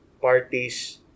parties